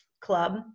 club